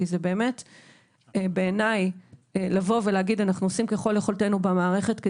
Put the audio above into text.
כי בעיניי לבוא ולהגיד אנחנו עושים ככל יכולתנו במערכת,